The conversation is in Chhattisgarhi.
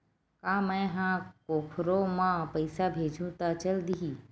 का मै ह कोखरो म पईसा भेजहु त चल देही?